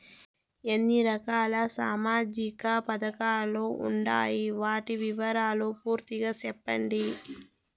ఎన్ని రకాల సామాజిక పథకాలు ఉండాయి? వాటి వివరాలు పూర్తిగా సెప్పండి?